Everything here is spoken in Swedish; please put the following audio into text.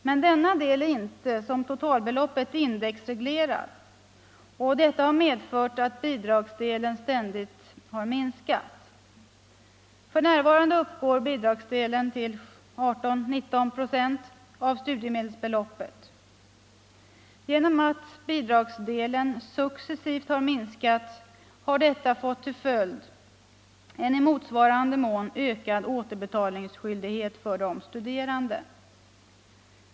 Men denna del är inte som totalbeloppet indexreglerad, och detta har medfört att bidragsdelen ständigt har minskat. F. n. uppgår bidragsdelen till 18-19 96 av studiemedelsbeloppet. Att bidragsdelen successivt minskat har fått till följd en i motsvarande mån ökad återbetalningsskyldighet för de studerande.